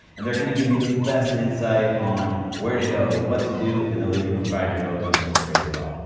and they're going to give you the best insight on where to go, what to do and they'll even provide your local meals for you as well.